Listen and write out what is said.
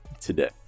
today